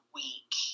week